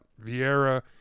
Vieira